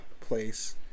place